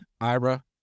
Ira